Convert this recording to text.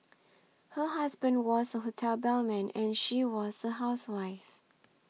her husband was a hotel bellman and she was a housewife